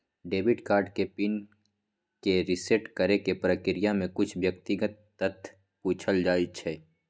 debit card के PIN के reset करेके प्रक्रिया में कुछ व्यक्तिगत तथ्य पूछल जाइ छइ